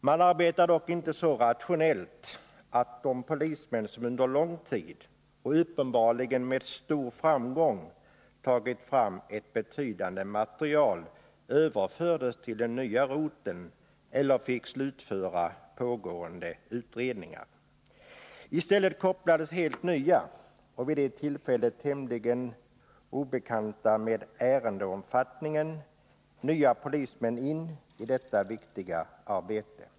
Man arbetar dock inte så rationellt att de polismän som under lång tid — och uppenbarligen med stor framgång — tagit fram ett betydande material överfördes till den nya roteln eller fick slutföra pågående utredningar. I stället kopplades helt nya — och vid det tillfället med ärendeomfattningen tämligen obekanta — polismän in i detta viktiga arbete.